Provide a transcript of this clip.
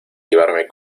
llevarme